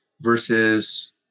versus